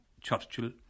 Churchill